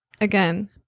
again